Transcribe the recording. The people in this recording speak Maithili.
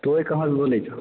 तोइ कहाँसँ बोलैत छौ